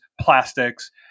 plastics